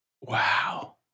Wow